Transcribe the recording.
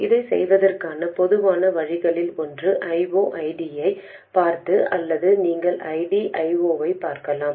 இதைச் செய்வதற்கான பொதுவான வழிகளில் ஒன்று I0 ID ஐப் பார்ப்பது அல்லது நீங்கள் ID I0 ஐப் பார்க்கலாம்